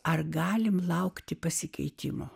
ar galime laukti pasikeitimo